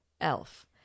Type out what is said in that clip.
elf